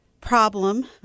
problem